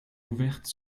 ouvertes